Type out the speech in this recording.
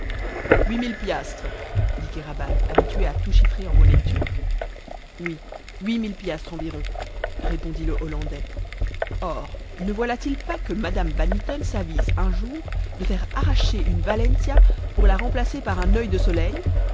mille piastres dit kéraban habitué à tout chiffrer en monnaie turque oui huit mille piastres environ répondit le hollandais or ne voilà-t-il pas que madame van mitten s'avise un jour de faire arracher une valentia pour la remplacer par un oeil de soleil